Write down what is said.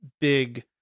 big